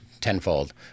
tenfold